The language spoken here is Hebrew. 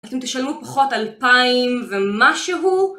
אתם תשלמו פחות 2,000 ומשהו